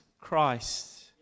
Christ